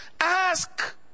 Ask